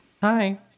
Hi